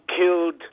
killed